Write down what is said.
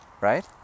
right